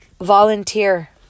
volunteer